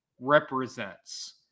represents